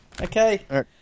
Okay